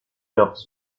leurs